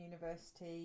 University